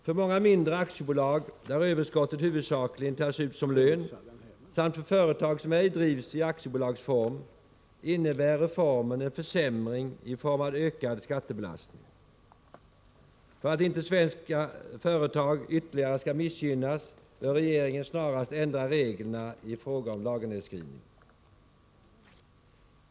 För många mindre aktiebolag, där överskottet huvudsakligen tas ut som lön, samt för företag som ej drivs i aktiebolagsform innebär reformen en försämring i form av ökad skattebelastning. För att inte svenska företag ytterligare skall missgynnas bör regeringen snarast ändra reglerna i fråga om lagernedskrivning.